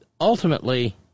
ultimately